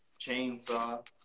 chainsaw